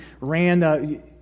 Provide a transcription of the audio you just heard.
ran